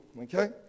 okay